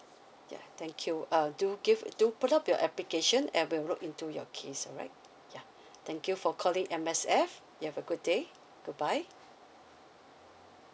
yeah thank you I'll do give do put up your application and we'll look into your case alright yeah thank you for calling M_S_F you have a good day good bye